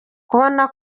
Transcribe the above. kubona